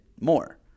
more